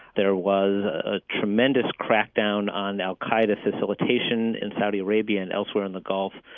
there was a tremendous crackdown on al-qaida's facilitation in saudi arabia and elsewhere in the gulf.